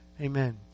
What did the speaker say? Amen